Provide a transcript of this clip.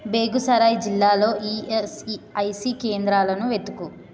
బేగుసరాయ్ జిల్లాలో ఈయస్ఈఐసి కేంద్రాలను వెతుకు